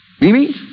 Mimi